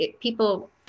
people